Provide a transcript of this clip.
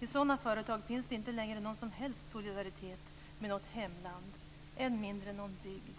I sådana företag finns det inte längre någon som helst solidaritet med något hemland, än mindre med någon bygd.